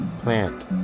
plant